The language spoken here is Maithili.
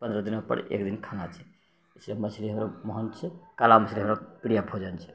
पनरह दिनोपर एक दिन खाना चाहिए इसलिए मछली हमरा पसन्द छै काला मछली हमरा प्रिय भोजन छै